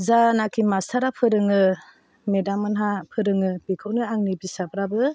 जानाखि मास्टारा फोरोङो मेदाम मोनहा फोरोङो बेखौनो आंनि बिसाफ्राबो